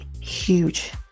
huge